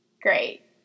great